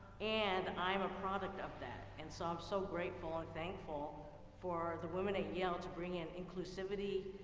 and i'm a product of that. and so, i'm so grateful and thankful for the women at yale to bring in inclusivity,